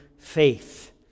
faith